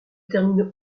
terminent